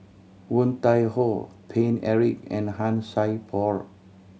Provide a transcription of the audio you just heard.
Woon Tai Ho Paine Eric and Han Sai Por